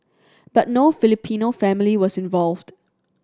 but no Filipino family was involved